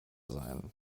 seien